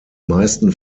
meisten